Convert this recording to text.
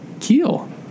Keel